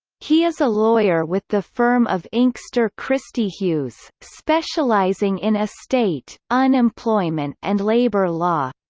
he is a lawyer with the firm of inkster christie hughes, specializing in estate, unemployment and labour law.